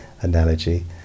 analogy